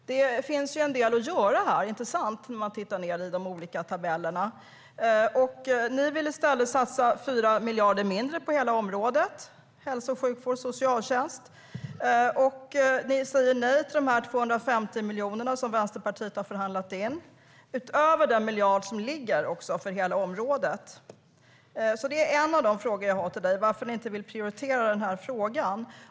Det finns en del att göra här. Det ser man när man tittar i de olika tabellerna. Ni vill i stället satsa 4 miljarder mindre på hela området hälso och sjukvård och socialtjänst. Ni säger nej till de 250 miljoner som Vänsterpartiet har förhandlat fram utöver den miljard som ligger för hela området. Detta är en av de frågor jag har till dig: Varför vill ni inte prioritera detta?